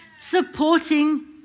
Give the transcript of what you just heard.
supporting